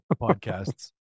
podcasts